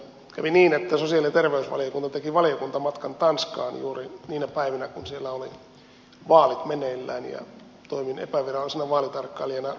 kävi niin että sosiaali ja terveysvaliokunta teki valiokuntamatkan tanskaan juuri niinä päivinä kun siellä oli vaalit meneillään ja toimin epävirallisena vaalitarkkailijana